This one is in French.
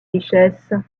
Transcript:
richesses